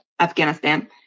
Afghanistan